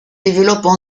développent